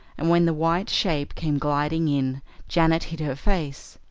and when the white shape came gliding in janet hid her face.